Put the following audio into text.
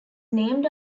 named